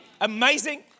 amazing